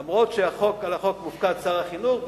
אף שעל החוק מופקד שר החינוך,